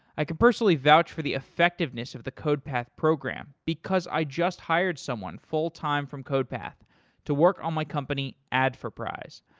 i could personally vouch for the effectiveness of the codepath program because i just hired someone full-time from codepath to work on my company adforprize.